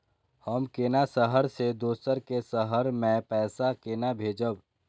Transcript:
हम केना शहर से दोसर के शहर मैं पैसा केना भेजव?